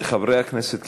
חברי הכנסת כעיקרון,